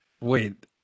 wait